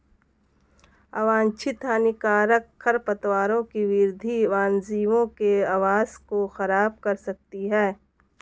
अवांछित हानिकारक खरपतवारों की वृद्धि वन्यजीवों के आवास को ख़राब कर सकती है